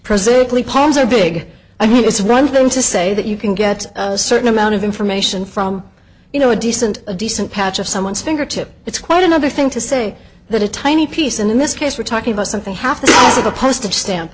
presently palms are big i mean it's right thing to say that you can get a certain amount of information from you know a decent a decent patch of someone's fingertip it's quite another thing to say that a tiny piece in this case we're talking about something half of a postage stamp